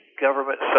government